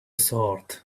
sort